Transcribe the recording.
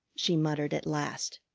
she muttered at last.